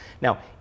Now